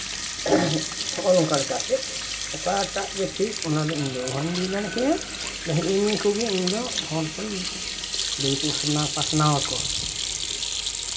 ᱦᱚᱸᱜᱼᱚ ᱱᱚᱝᱠᱟ ᱞᱮᱠᱟ ᱟᱨᱪᱮᱫ ᱚᱠᱟᱴᱟᱜ ᱡᱮ ᱴᱷᱤᱠ ᱚᱱᱟ ᱫᱚ ᱤᱧ ᱫᱚ ᱚᱦᱚᱧ ᱞᱟᱹᱭ ᱫᱟᱲᱮ ᱠᱮᱭᱟ ᱦᱨᱮᱸᱜᱼᱮ ᱱᱤᱭᱟᱹ ᱠᱚᱜᱮ ᱤᱧ ᱫᱚ ᱞᱟᱹᱭ ᱯᱟᱥᱱᱟᱣ ᱟᱠᱚᱣᱟ